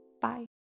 Bye